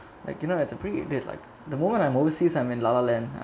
you know like I interpret it like the moment I'm overseas I'm in lala land